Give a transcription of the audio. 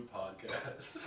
podcast